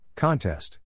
Contest